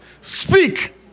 speak